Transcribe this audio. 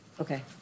Okay